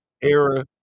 era